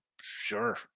Sure